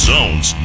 Zone's